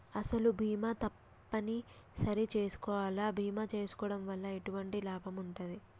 అసలు బీమా తప్పని సరి చేసుకోవాలా? బీమా చేసుకోవడం వల్ల ఎటువంటి లాభం ఉంటది?